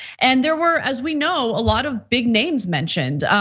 and there were as we know, a lot of big names mentioned.